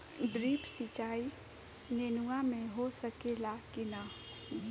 Drip सिंचाई नेनुआ में हो सकेला की नाही?